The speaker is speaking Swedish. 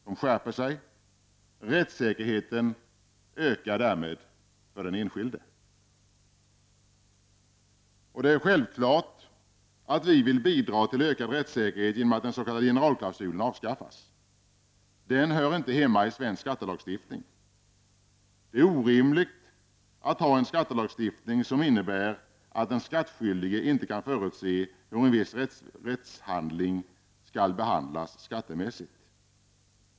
De skärper sig. Rättssäkerheten ökar därmed för den enskilde. Det är självklart att vi vill bidra till ökad rättssäkerhet genom att den s.k. generalklausulen avskaffas. Den hör inte hemma i svensk skattelagstiftning. Det är orimligt att ha en skattelagstiftning som innebär att den skattskyldige inte kan förutse hur en viss rättshandling skall behandlas skattemässigt.